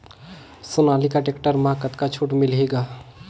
Sonalika tractor म कतका छूट मिलही ग?